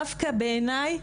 בעיניי,